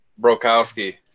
Brokowski